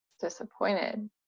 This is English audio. disappointed